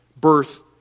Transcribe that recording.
birth